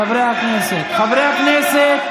חברי הכנסת.